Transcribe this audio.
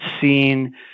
seen